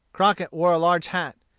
crockett wore a large hat.